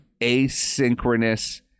asynchronous